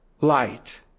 light